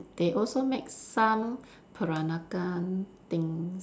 they also make some Peranakan thing